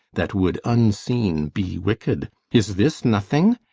that would unseen be wicked is this nothing?